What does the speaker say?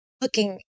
looking